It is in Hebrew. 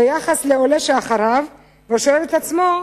ביחס לעולה שאחריו, ושואל את עצמו: